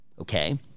okay